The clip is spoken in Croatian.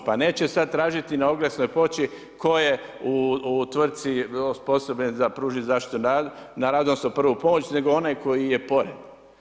Pa neće sad tražiti na oglasnoj ploči tko je u tvrtki osposobljen za pružit zaštitu na radu, odnosno prvu pomoć, nego onaj koji je pored.